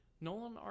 Nolan